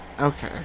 Okay